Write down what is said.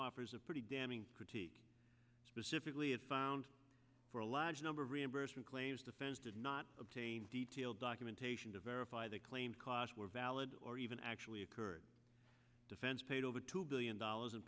offers a pretty damning critique specifically it found for a large number of reimbursement claims defense did not obtain detailed documentation to verify that claim costs were valid or even actually occurred defense paid over two billion dollars in